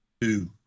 two